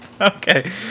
Okay